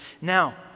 Now